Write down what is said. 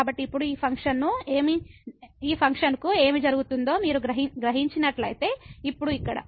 కాబట్టి ఇప్పుడు ఈ ఫంక్షన్కు ఏమి జరుగుతుందో మీరు గ్రహించినట్లయితే ఇప్పుడు ఇక్కడ